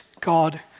God